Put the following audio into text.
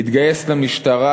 התגייס למשטרה,